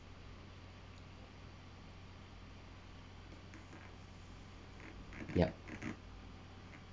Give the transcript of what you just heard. yup